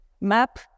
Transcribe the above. map